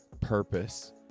purpose